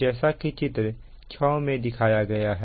जैसा की चित्र 6 में दिखाया है